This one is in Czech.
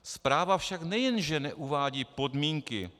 Zpráva však nejen že neuvádí podmínky...